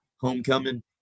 homecoming